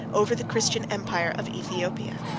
over the christian empire of aethiopia.